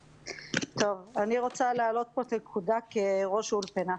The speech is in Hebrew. אני רוצה להעלות פה נקודה כראש אולפנה,